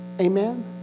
Amen